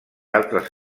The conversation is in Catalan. altres